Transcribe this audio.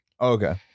Okay